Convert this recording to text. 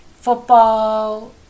football